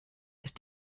ist